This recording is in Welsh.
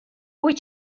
wyt